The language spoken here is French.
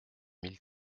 mille